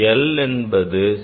l என்பது செ